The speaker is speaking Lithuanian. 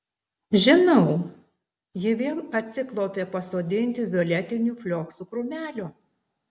žinau ji vėl atsiklaupė pasodinti violetinių flioksų krūmelio